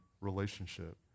relationship